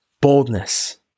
boldness